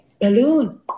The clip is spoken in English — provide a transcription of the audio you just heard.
Balloon